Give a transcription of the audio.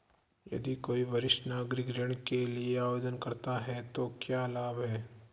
यदि कोई वरिष्ठ नागरिक ऋण के लिए आवेदन करता है तो क्या लाभ हैं?